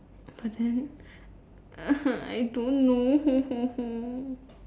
but then I don't know